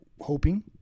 hoping